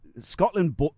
Scotland